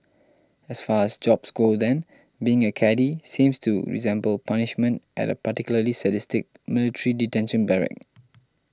as far as jobs go then being a caddie seems to resemble punishment at a particularly sadistic military detention barrack